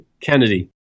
Kennedy